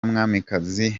mwamikazi